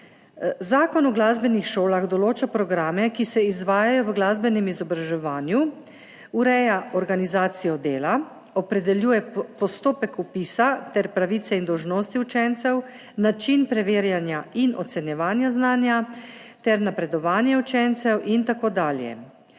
Zakon o glasbenih šolah določa programe, ki se izvajajo v glasbenem izobraževanju, ureja organizacijo dela, opredeljuje postopek vpisa ter pravice in dolžnosti učencev, način preverjanja in ocenjevanja znanja ter napredovanje učencev in tako dalje.